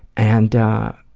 and ah,